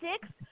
six